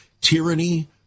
Tyranny